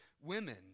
women